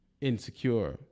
insecure